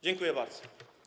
Dziękuję bardzo.